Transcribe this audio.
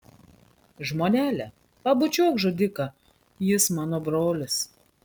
žmonele pabučiuok žudiką jis mano brolis